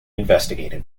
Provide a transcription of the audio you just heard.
investigated